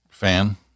fan